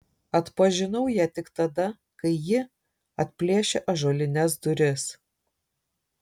atpažinau ją tik tada kai ji atplėšė ąžuolines duris